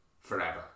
Forever